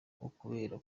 ukubera